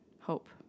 hope